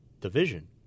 division